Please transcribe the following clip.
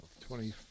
Twenty